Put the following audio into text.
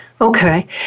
Okay